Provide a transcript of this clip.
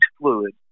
fluid